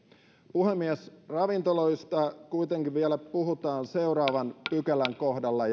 puhemies ravintoloista kuitenkin puhutaan vielä seuraavan pykälän kohdalla